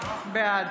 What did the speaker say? בעד